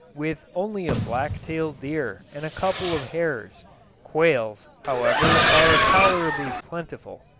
with only a black-tailed deer and a couple of hares quails, however, are tolerably plentiful.